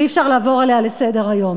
ואי-אפשר לעבור עליה לסדר-היום.